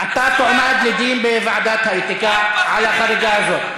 אתה תועמד לדין, בוועדת האתיקה על החריגה הזאת.